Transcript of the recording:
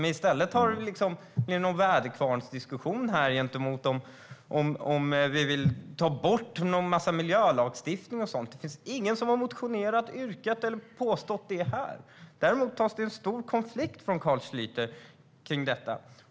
Men i stället blir det något slags väderkvarnsdiskussion om huruvida vi vill ta bort en massa miljölagstiftning och sådant. Det finns ingen här som har motionerat om, yrkat på eller påstått det. Däremot tar Carl Schlyter upp detta som en stor konflikt.